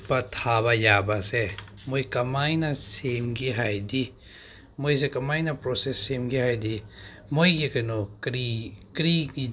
ꯆꯨꯞꯄ ꯊꯥꯕ ꯌꯥꯕꯁꯦ ꯃꯣꯏ ꯀꯃꯥꯏꯅ ꯁꯦꯝꯒꯦ ꯍꯥꯏꯗꯤ ꯃꯣꯏꯁꯦ ꯀꯃꯥꯏꯅ ꯄ꯭ꯔꯣꯁꯦꯁ ꯁꯦꯝꯒꯦ ꯍꯥꯏꯗꯤ ꯃꯣꯏꯒꯤ ꯀꯩꯅꯣ ꯀꯔꯤ ꯀꯔꯤꯒꯤ